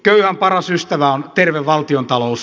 köyhän paras ystävä on terve valtiontalous